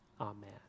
amen